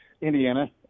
Indiana